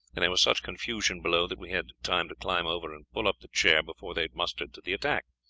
and there was such confusion below, that we had time to climb over and pull up the chair before they had mustered to the attack.